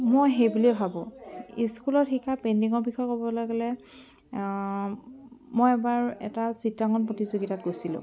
মই সেই বুলিয়ে ভাবোঁ স্কুলত শিকা পেইণ্টিঙৰ কথা ক'বলৈ গ'লে মই এবাৰ এটা চিত্ৰাংকণ প্ৰতিযোগিতাত গৈছিলোঁ